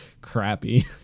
crappy